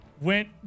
went